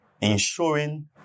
ensuring